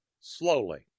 slowly